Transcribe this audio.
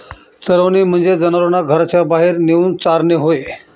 चरवणे म्हणजे जनावरांना घराच्या बाहेर नेऊन चारणे होय